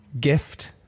Gift